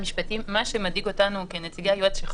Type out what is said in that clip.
מה שמדאיג אותנו כנציגי היועץ המשפטי,